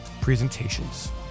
presentations